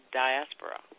diaspora